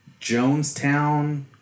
Jonestown